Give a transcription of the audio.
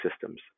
systems